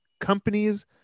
companies